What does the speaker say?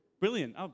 Brilliant